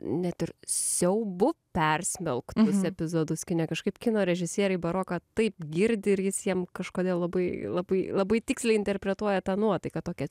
net ir siaubu persmelktus epizodus kine kažkaip kino režisieriai baroką taip girdi ir jis jiem kažkodėl labai labai labai tiksliai interpretuoja tą nuotaiką tokią